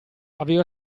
aveva